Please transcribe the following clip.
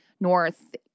North